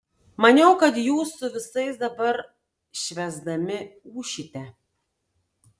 maniau kad jūs su visais dabar švęsdami ūšite